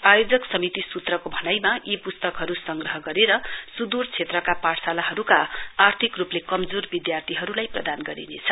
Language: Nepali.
आयोजक समिति सूत्रको भनाइमा यी प्स्तकहरू संग्रह गरेर स्इर क्षेत्रका पाठशालाहरूका आर्थिक रूपले कमजोर विद्यार्थीहरूलाई प्रदान गरिनेछ